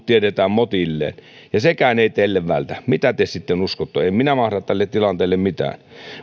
tiedetään motilleen ja sekään ei teille vältä mitä te sitten uskotte en en minä mahda tälle tilanteelle mitään